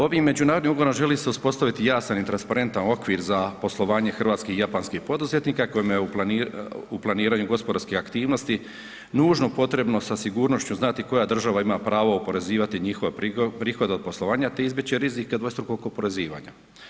Ovim međunarodnim ugovorom želi se uspostaviti jasan i transparentan okvir za poslovanje hrvatskih i japanskih poduzetnika kojima je u planiranju gospodarskih aktivnosti nužno potrebno sa sigurnošću znati koja država ima pravo oporezivati njihove prihode od poslovanja, te izbjeći rizike od dvostrukog oporezivanja.